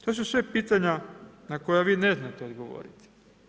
To su sve pitanja na koja vi ne znate odgovoriti.